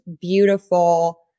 beautiful